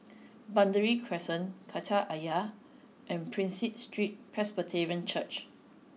Burgundy Crescent Kreta Ayer and Prinsep Street Presbyterian Church